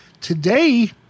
Today